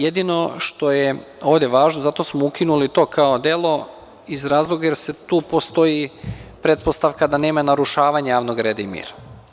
Jedino što je ovde važno, zato smo ukinuli to, kao delo, iz razloga jer tu postoji pretpostavka da nema narušavanja javnog reda i mira.